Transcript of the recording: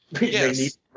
Yes